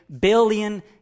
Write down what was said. billion